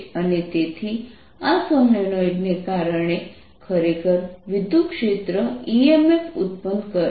અને તેથી આ સોલેનોઇડને કારણે ખરેખર વિદ્યુતક્ષેત્ર emf ઉત્પન્ન થાય છે